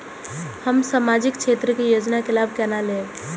हम सामाजिक क्षेत्र के योजना के लाभ केना लेब?